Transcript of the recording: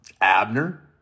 Abner